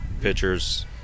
pitchers